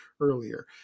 earlier